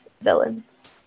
villains